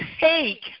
take